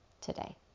today